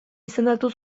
izendatu